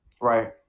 Right